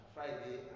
Friday